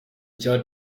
cya